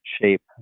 shape